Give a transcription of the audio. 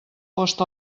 post